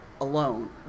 alone